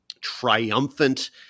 triumphant